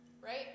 right